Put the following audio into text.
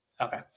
Okay